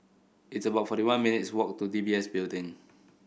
it's about forty one minutes' walk to D B S Building